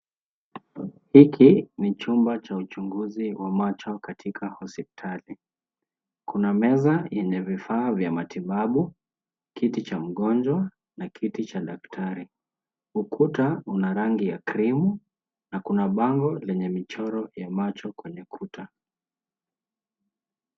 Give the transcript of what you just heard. Hiki ni chumba cha uchuguzi wa macho katika hosipitali kuna meza yenye vifaa vya matibabu ,kiti cha mgonjwa na kiti cha daktari .Ukuta unarangi ya cream na kuna bango lenye michoro ya macho kwenye kuta.